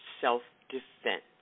self-defense